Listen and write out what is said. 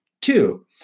Two